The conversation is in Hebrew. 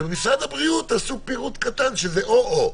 במשרד הבריאות תעשו פירוט קטן או-או.